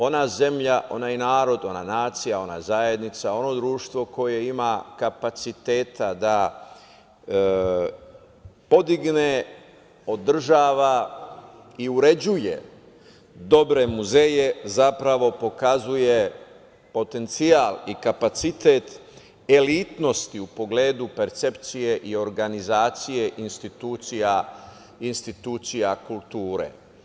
Ona zemlja, onaj narod, ona nacija, ona zajednica, ono društvo koje ima kapaciteta da podigne, održava i uređuje dobre muzeje zapravo pokazuje potencijal i kapacitet elitnosti u pogledu percepcije i organizacije institucija kulture.